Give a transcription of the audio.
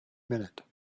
minute